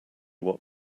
what